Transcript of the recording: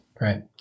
right